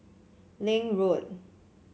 Link Road